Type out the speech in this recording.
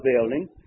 building